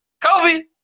Kobe